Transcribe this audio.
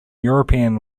european